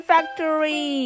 Factory